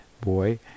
boy